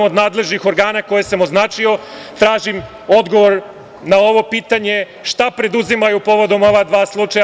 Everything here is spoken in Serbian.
Od nadležnih organe koje sam označio tražim odgovor na ovo pitanje – šta preduzimaju povodom ova dva slučaja?